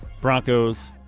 Broncos